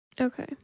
Okay